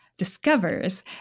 discovers